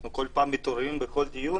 אנחנו בכל פעם מתעוררים בכל דיון